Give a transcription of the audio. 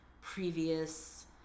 previous